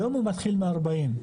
היום הוא מתחיל מ-40,